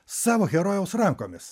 savo herojaus rankomis